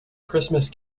christmas